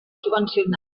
subvencionat